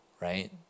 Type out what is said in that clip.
right